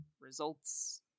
results